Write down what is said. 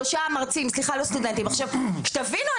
עכשיו שתבינו,